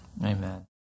Amen